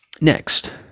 next